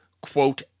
quote